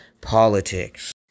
politics